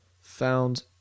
found